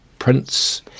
Prince